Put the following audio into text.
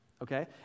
okay